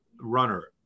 runner